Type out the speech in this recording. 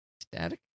Static